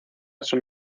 son